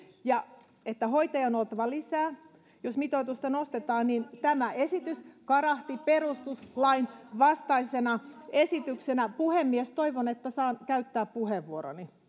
ja että hoitajia on oltava lisää jos mitoitusta nostetaan niin tämä esitys karahti perustuslainvastaisena esityksenä puhemies toivon että saan käyttää puheenvuoroni